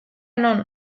non